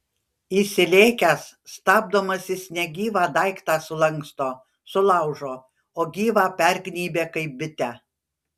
įsilėkęs stabdomas jis negyvą daiktą sulanksto sulaužo o gyvą pergnybia kaip bitę